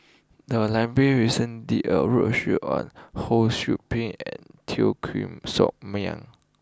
the library recent did a roadshow on Ho Sou Ping and Teo Koh Sock Miang